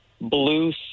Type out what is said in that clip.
blue